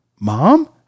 mom